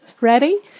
Ready